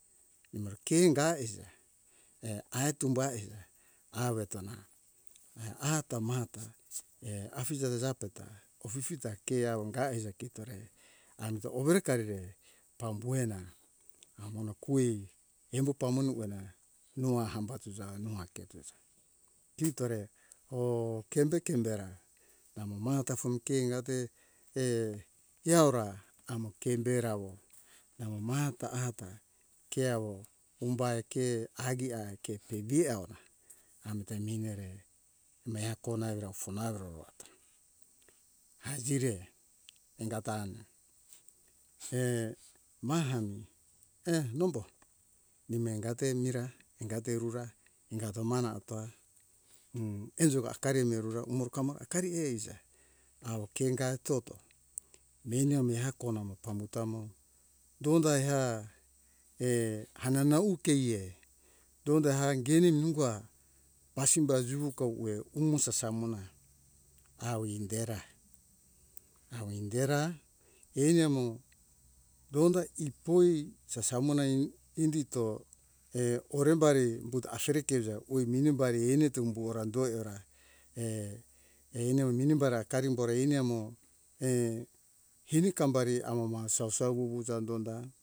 Imore ke ingae err ai tumbae awe tona ae hata mata err afije jape ta ofifita ke awo ungae eiza kito amita owere karire pambuhena amona koe embo pamone uena noa hamba tusa noa ake jusa kitore oh kembe kembera namo mahata ke ingate err eora amo kembera wo nao nahata mata ke awo umbae ke agia kepe di awona amita minere mea kona evira fona roata ajire angata ana he mahami err nombo nima angato mira ingate rura ingato mana hatora m enjuga akari urura akari eiza awo ke ingae toto meni ami hako namo pambu tamo donda eha err hanana ukeie donda hangeni nungoa pasimba juwuka uwe umo sasa mona awo indera awo indera eni amo donda ipoi sasa monai indito err orembari umbuto asore keuja oi minimbari inito umbuora doi ora err ani au minimbara akari bore ani amo err hini kambari amo sau sau wuwuja donda